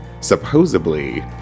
Supposedly